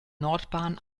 nordbahn